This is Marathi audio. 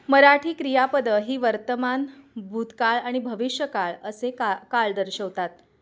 मराठी क्रियापदं ही वर्तमान भूतकाळ आणि भविष्य काळ असे का काळ दर्शवतात